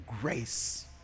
grace